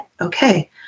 okay